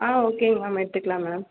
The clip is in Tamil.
ஆ ஓகேங்க மேம் எடுத்துக்கலாம் மேம்